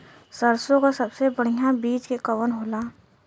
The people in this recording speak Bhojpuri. सरसों क सबसे बढ़िया बिज के कवन होला?